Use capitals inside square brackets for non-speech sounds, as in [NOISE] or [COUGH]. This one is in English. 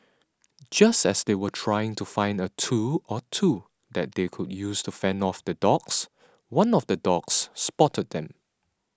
[NOISE] just as they were trying to find a tool or two that they could use to fend off the dogs one of the dogs spotted them